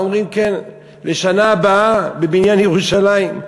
אומרים: כן, לשנה הבאה בבניין ירושלים.